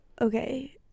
okay